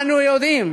אנו יודעים